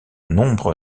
nombre